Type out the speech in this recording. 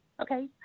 okay